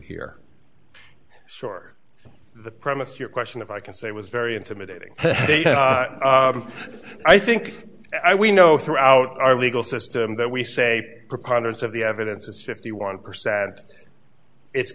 here short the premise your question if i can say was very intimidating i think we know throughout our legal system that we say preponderance of the evidence is fifty one percent it's